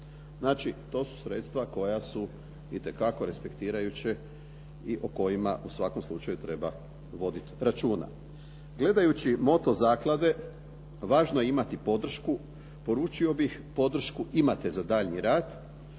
Znači to su sredstva koja su itekako respektirajuća i o kojima u svakom slučaju treba vodit računa. Gledajući moto zaklade, "Važno je imati podršku" poručio bih podršku imate za daljnji rad,